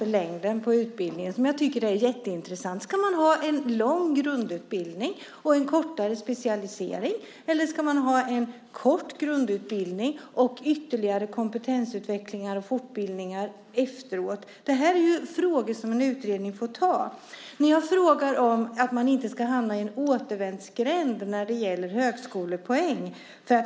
Längden på utbildningen tycker jag till exempel är jätteintressant. Ska man ha en lång grundutbildning och en kortare specialisering eller ska man ha en kort grundutbildning och ytterligare kompetensutveckling och fortbildning efteråt? Det är frågor som en utredning får svara på. Jag tog upp frågan om man kan hamna i en återvändsgränd för att man inte får högskolepoäng.